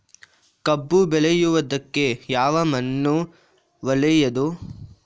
ಕಬ್ಬು ಬೆಳೆಯುವುದಕ್ಕೆ ಯಾವ ಮಣ್ಣು ಒಳ್ಳೆಯದು?